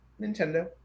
Nintendo